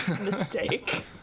mistake